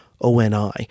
ONI